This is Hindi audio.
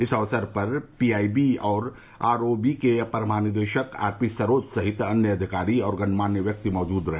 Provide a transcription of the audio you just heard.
इस अवसर पर पीआईबी और आरओबी के अपर महानिदेशक आरपीसरोज सहित अन्य अधिकारी और गणमान्य व्यक्ति मौजूद रहे